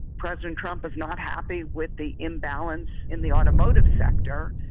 president trump is not happy with the imbalance in the automotive sector,